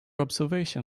observation